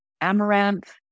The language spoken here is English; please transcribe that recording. amaranth